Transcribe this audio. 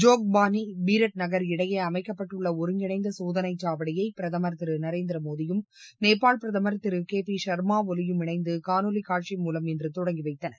ஜோக்பாளி பீரக்நகர் இடையே அமைக்கப்பட்டுள்ள ஒருங்கிணைந்த சோதனை சாவடியை பிரதமர் நரேந்திரமோடயம் நேபாள் பிரதமர் திரு திரு கே பி சர்மா ஒலியும் இணைந்து காணொலி காட்சி மூலம் இன்று தொடங்கி வைத்தனர்